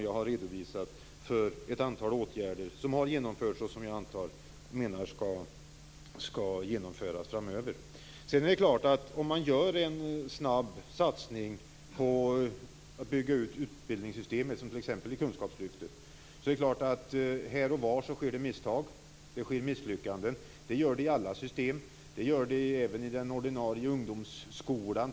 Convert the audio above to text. Jag har redovisat ett antal åtgärder som har genomförts och som jag menar skall genomföras framöver. Om man gör en snabb satsning på att bygga ut utbildningssystemet, som t.ex. i kunskapslyftet, är det klart att det sker misstag här och var. Det sker misslyckanden. Det gör det i alla system. Det gör det även i den ordinarie ungdomsskolan.